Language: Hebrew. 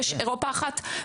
יש אירופה אחת.